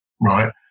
right